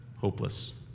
hopeless